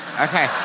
Okay